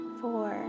four